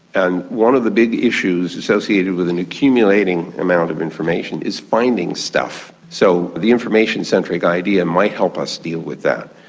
and one of the big issues associated with an accumulating amount of information is finding stuff. so the information centric idea might help us deal with that.